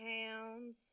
pounds